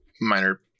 minor